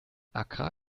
accra